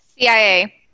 CIA